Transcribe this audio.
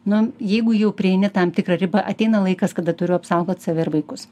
nu jeigu jau prieini tam tikrą ribą ateina laikas kada turiu apsaugot save ir vaikus